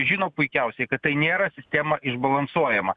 žino puikiausiai kad tai nėra sistema išbalansuojama